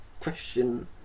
question